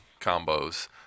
combos